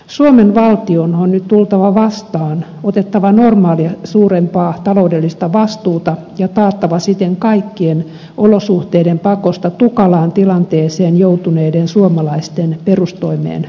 suomen valtion on nyt tultava vastaan otettava normaalia suurempaa taloudellista vastuuta ja taattava siten kaikkien olosuhteiden pakosta tukalaan tilanteeseen joutuneiden suomalaisten perustoimeentulo